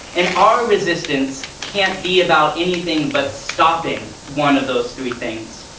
our resistance can't be about anything but stopping one of those three things.